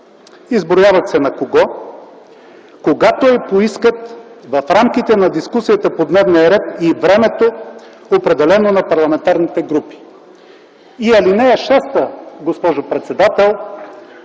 изброява се на кого, „когато я поискат в рамките на дискусиите по дневния ред и времето, определено на парламентарните групи”. И ал. 6, госпожо председател,